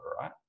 right